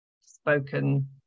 spoken